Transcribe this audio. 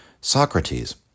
Socrates